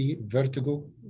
vertigo